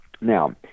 Now